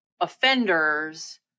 offenders